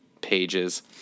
pages